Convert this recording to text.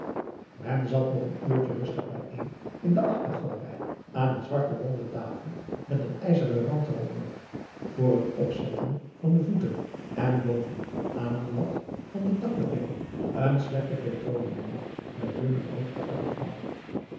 men zat nog een uurtje rustig bijeen in de achtergalerij aan een zwarte ronde tafel met een ijzeren rand eronder voor het opzetten van de voeten en boven aan een lat van de dakbedekking een slechte petroleumlamp met dunne roodachtige vlam